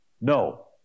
No